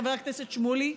חבר הכנסת שמולי,